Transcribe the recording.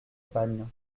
panne